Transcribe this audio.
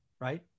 right